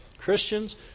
Christians